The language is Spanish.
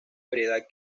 variedad